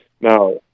Now